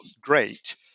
great